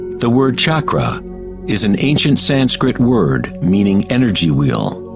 the word chakra is an ancient sanskrit word meaning energy wheel.